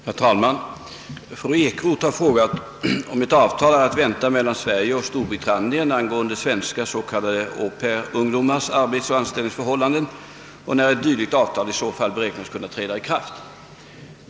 Herr talman! Fru Ekroth har frågat, om ett avtal är att vänta mellan Sverige och Storbritannien angående svenska s.k. au pair-ungdomars arbetsoch anställningsförhållanden och när ett dylikt avtal i så fall beräknas kunna träda i kraft.